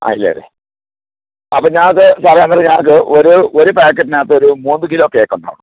ആ ഇല്ല അല്ലേ അപ്പം ഞാൻ അത് സാറെ അന്നേരം ഞങ്ങൾക്ക് ഒരു ഒരു പാക്കറ്റിനകത്ത് ഒരു മൂന്ന് കിലോ കേക്ക് ഉണ്ടാവണം